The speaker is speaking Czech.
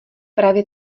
právě